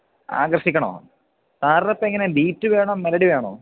ആകർഷിക്കണോ സാറിനിപ്പോള് എങ്ങനെയാണ് ബീറ്റ് വേണോ മെലഡി വേണോ